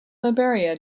liberia